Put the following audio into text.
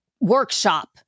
workshop